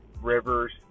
Rivers